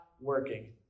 working